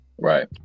Right